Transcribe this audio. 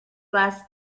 last